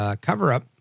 cover-up